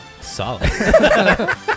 Solid